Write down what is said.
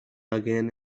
again